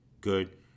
good